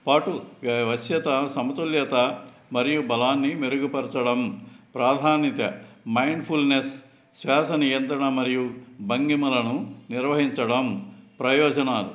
పాటు వశ్యత సమతుల్యత మరియు బలాన్ని మెరుగుపరచడం ప్రాధాన్యిత మైండ్ ఫుల్నెస్ శ్వాస నియంత్రణ మరియు భంగిమలను నిర్వహించడం ప్రయోజనాలు